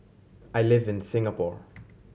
I live in Singapore